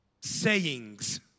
sayings